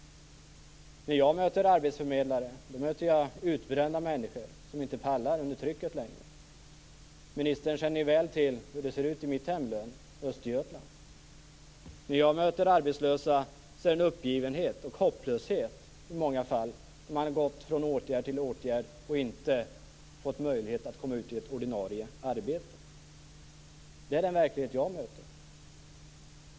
När jag möter arbetsförmedlare möter jag utbrända människor, som inte längre orkar med trycket. Ministern känner väl till hur det ser ut i mitt hemlän Östergötland. När jag möter arbetslösa visar de i många fall en uppgivenhet och en hopplöshet, då de har gått från åtgärd till åtgärd och inte fått möjlighet att komma ut i ett ordinarie arbete. Det är den verklighet jag möter.